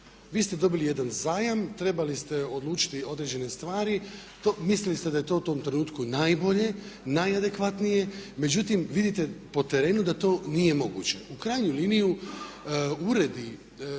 Vi ste dobili jedan zajam, trebali ste odlučiti određene stvari. Mislili ste da je to u tom trenutku najbolje, najadekvatnije. Međutim, vidite po terenu da to nije moguće. U krajnju liniju uredi,